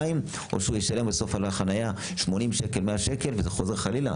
לקניית בקבוק מים לשתייה או שהם ישלמו איתו 80 100 שקלים על החניה.